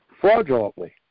fraudulently